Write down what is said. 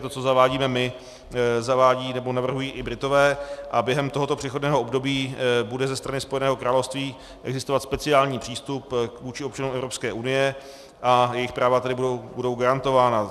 To, co zavádíme my, zavádějí nebo navrhují i Britové a během tohoto přechodného období bude ze strany Spojeného království existovat speciální přístup vůči občanům Evropské unie, a jejich práva tedy budou garantována.